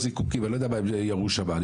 אני לא יודע מה הם ירו שם.